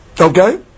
Okay